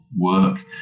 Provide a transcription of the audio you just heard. work